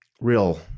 real